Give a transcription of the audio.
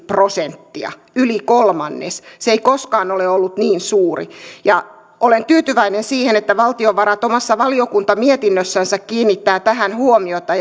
prosenttia yli kolmannes se ei koskaan ole ollut niin suuri olen tyytyväinen siihen että valtiovarat omassa valiokuntamietinnössänsä kiinnittää tähän huomiota